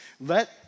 Let